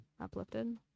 uplifted